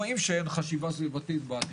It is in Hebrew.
רואים שאין חשיבה סביבתית בתכנון.